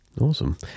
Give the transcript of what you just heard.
awesome